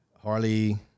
Harley